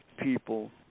people